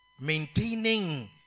maintaining